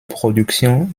production